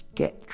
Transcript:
get